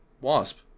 Wasp